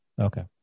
Okay